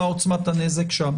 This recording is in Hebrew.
מה עוצמת הנזק שם.